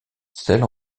celle